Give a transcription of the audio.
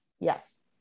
Yes